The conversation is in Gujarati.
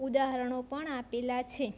ઉદાહરણો પણ આપેલાં છે